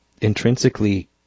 intrinsically